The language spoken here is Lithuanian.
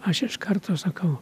aš iš karto sakau